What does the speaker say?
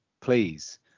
please